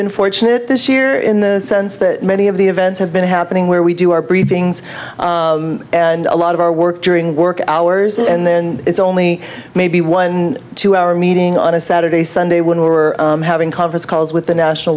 been fortunate this year in the sense that many of the events have been happening where we do our briefings and a lot of our work during work hours and then it's only maybe one two hour meeting on a saturday sunday when we were having conference calls with the national